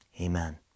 Amen